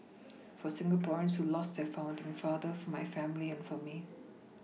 for Singaporeans who lost their founding father for my family and for me